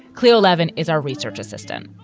cleo levin is our research assistant.